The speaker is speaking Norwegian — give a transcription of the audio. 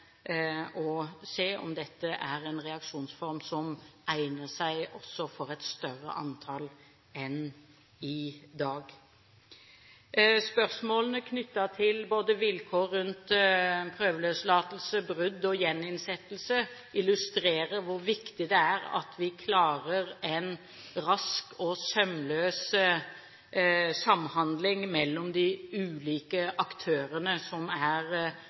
å se om dette er en reaksjonsform som egner seg for et større antall enn i dag. Spørsmålene knyttet til vilkår rundt både prøveløslatelse, brudd og gjeninnsettelse illustrerer hvor viktig det er at vi klarer å få til en rask og sømløs samhandling mellom de ulike aktørene som er